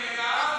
אל תשרוף את היער,